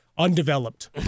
Undeveloped